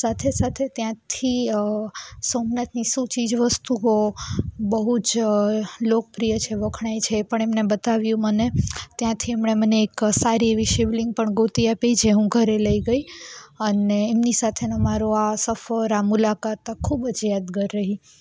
સાથે સાથે ત્યાંથી સોમનાથની શું ચીજ વસ્તુઓ બહુ જ લોકપ્રિય છે વખણાય છે એ પણ એમણે બતાવ્યું મને ત્યાંથી એમણે મને એક સારી એવી શિવલિંગ પણ ગોતી આપી જે હું ઘરે લઈ ગઈ અને એમની સાથેનો મારો આ સફર આ મુલાકાત ખૂબ જ યાદગાર રહી